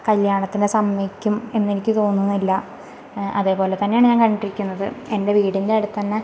കല്യാണത്തിന് സമ്മതിക്കും എന്നെനിക്ക് തോന്നുന്നില്ല അതെപോലെ തന്നെയാണ് ഞാന് കണ്ടിരിക്കുന്നത് എന്റെ വീടിന്റെ അടുത്തന്നെ